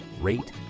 rate